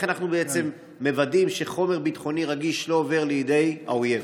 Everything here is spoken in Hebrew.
איך אנחנו מוודאים שחומר ביטחוני רגיש לא עובר לידי האויב?